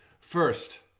First